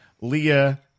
Leah